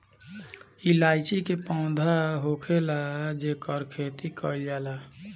इलायची के पौधा होखेला जेकर खेती कईल जाला